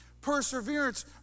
Perseverance